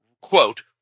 quote